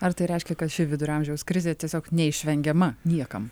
ar tai reiškia kad ši vidurio amžiaus krizė tiesiog neišvengiama niekam